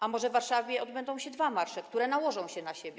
A może w Warszawie odbędą się dwa marsze, które nałożą się na siebie?